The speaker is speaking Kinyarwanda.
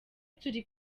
turi